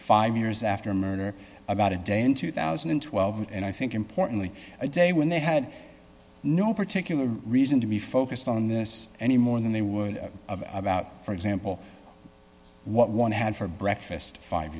five years after murder about a day in two thousand and twelve and i think importantly a day when they had no particular reason to be focused on this any more than they would about for example what one had for breakfast five